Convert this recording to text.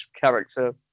character